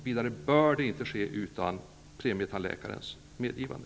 Vidare bör det inte ske utan premietandläkarens medgivande.